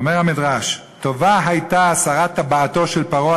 אומר המדרש: "טובה הייתה הסרת טבעתו של פרעה